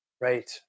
Right